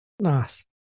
nice